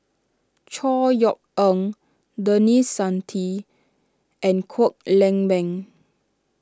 Chor Yeok Eng Denis Santry and Kwek Leng Beng